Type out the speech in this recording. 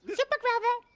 super grover,